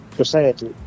society